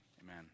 Amen